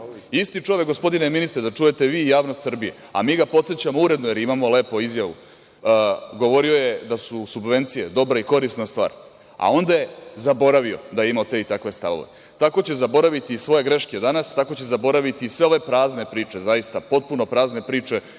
Isti čovek, gospodine ministre, da čujete i vi i javnost, a mi ga podsećamo uredno, jer imamo izjavu. Govorio je da su subvencije dobra i korisna stvar, a onda je zaboravio da je imao te i takve stavove. Tako će zaboraviti i svoje greške danas, tako će zaboraviti i sve ove prazne priče, zaista potpuno prazne priče